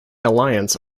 alliance